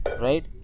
Right